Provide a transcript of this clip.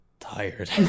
tired